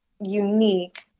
unique